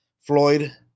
Floyd